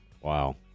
Wow